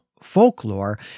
folklore